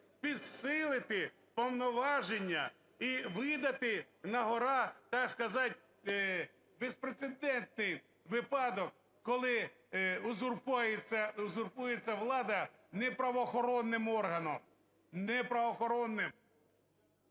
підсилити повноваження і видати на-гора, так сказать, безпрецедентний випадок, коли узурпується влада не правоохоронним органом.